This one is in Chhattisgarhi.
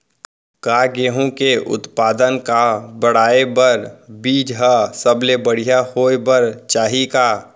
का गेहूँ के उत्पादन का बढ़ाये बर बीज ह सबले बढ़िया होय बर चाही का?